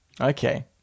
Okay